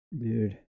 Dude